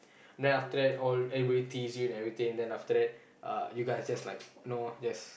then after that all everybody tease you and everything then after that uh you guys just like know just